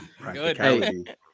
good